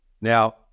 Now